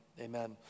amen